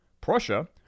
Prussia